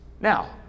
Now